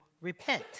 repent